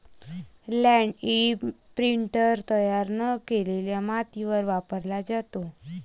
land imprinter तयार न केलेल्या मातीवर वापरला जातो